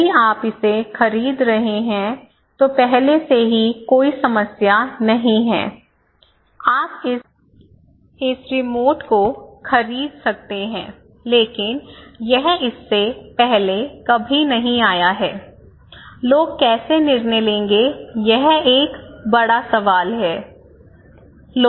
यदि आप इसे खरीद रहे हैं तो पहले से ही कोई समस्या नहीं है आप इस रिमोट को खरीद सकते हैं लेकिन यह इससे पहले कभी नहीं आया लोग कैसे निर्णय लेंगे यह एक बड़ा सवाल है